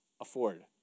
afford